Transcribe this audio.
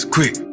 Quick